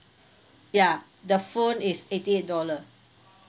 ya the phone is eighty eight dollar